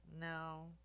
No